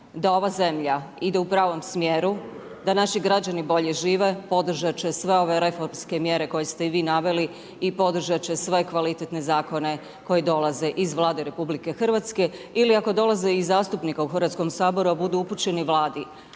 da ova zemlja ide u pravom smjeru, da naši građani bolje žive, podržat će sve ove reformske mjere koje ste i vi naveli i podržat će sve kvalitetne zakone koji dolaze iz Vlade RH ili ako dolaze iz zastupnika u Hrvatskom saboru, a budu upućeni vladi.